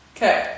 Okay